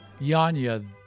Yanya